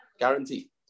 guarantee